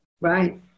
Right